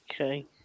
okay